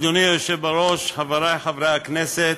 אדוני היושב בראש, חברי חברי הכנסת,